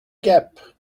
gap